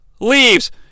Leaves